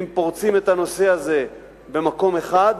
אם פורצים את הנושא הזה במקום אחד,